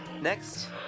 Next